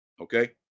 okay